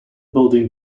building